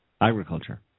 agriculture